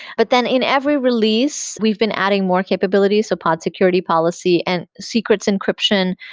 but then in every release, we've been adding more capabilities upon security policy and secrets encryption,